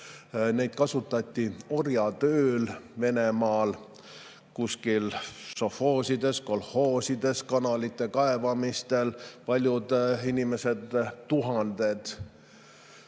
Neid kasutati orjatööl Venemaal kuskil sovhoosides, kolhoosides, kanalite kaevamistel. Paljud inimesed, tuhanded